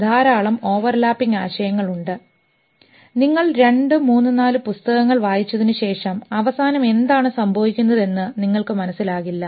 ധാരാളം ഓവർലാപ്പിംഗ് ആശയങ്ങൾ ഉണ്ട് നിങ്ങൾ രണ്ട് മൂന്ന് നാല് പുസ്തകങ്ങൾ വായിച്ചതിനു ശേഷം അവസാനം എന്താണ് സംഭവിക്കുന്നതെന്ന് നിങ്ങൾക്ക് മനസ്സിലാകില്ല